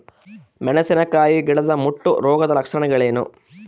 ಮೆಣಸಿನಕಾಯಿ ಗಿಡದ ಮುಟ್ಟು ರೋಗದ ಲಕ್ಷಣಗಳೇನು?